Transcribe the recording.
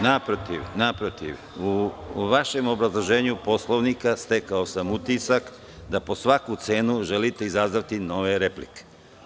Naprotiv, u vašem obrazloženju Poslovnika stekao sam utisak da po svaku cenu želite izazvati nove replike.